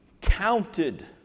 counted